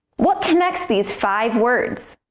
what connects these five words?